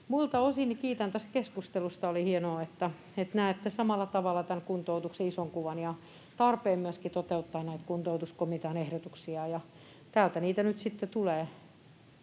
Muilta osin kiitän tästä keskustelusta. Oli hienoa, että näette samalla tavalla tämän kuntoutuksen ison kuvan ja tarpeen myöskin toteuttaa näitä kuntoutuskomitean ehdotuksia. Täältä niitä nyt sitten tulee,